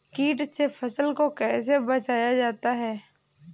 कीट से फसल को कैसे बचाया जाता हैं?